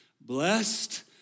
Blessed